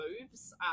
moves